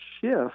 shift